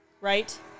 Right